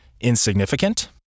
insignificant